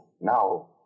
Now